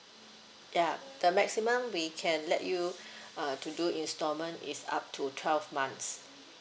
yeah the maximum we can let you uh to do installment is up to twelve months